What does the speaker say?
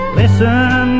listen